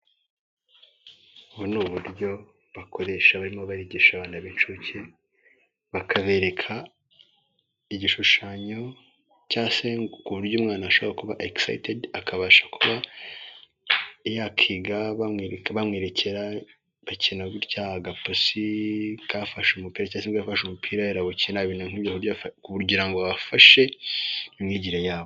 Ubu ni uburyo bakoresha barimo barigisha abana b'incuke, bakabereka igishushanyo cya se ku buryo umwana ashaka kuba ekisayitedi akabasha kuba yakiga, bamwe bamwerekera bakina gutya, agapusi kafashe umupirera cyangwa se imbwa yafashe umupirara irawukina, ibintu nk'ibyo kugira ngo bafashe imyigire yabo.